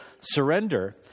surrender